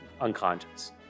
unconscious